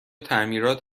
تعمیرات